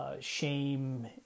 shame